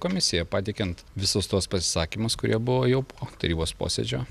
komisiją pateikiant visus tuos pasisakymus kurie buvo jau po tarybos posėdžio